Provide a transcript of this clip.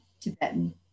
Tibetan